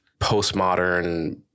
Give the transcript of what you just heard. postmodern